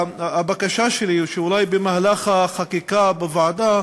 הבקשה שלי היא שאולי במהלך החקיקה בוועדה,